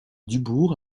dubourg